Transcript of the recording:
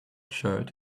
shirt